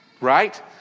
Right